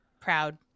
proud